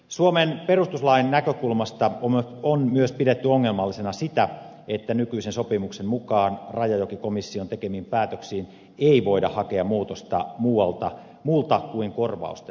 suomen perustuslain näkökulmasta on myös pidetty ongelmallisena sitä että nykyisen sopimuksen mukaan rajajokikomission tekemiin päätöksiin ei voida hakea muutosta muuten kuin korvausten osalta